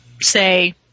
say